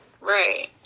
Right